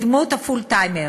בדמות הפול-טיימר.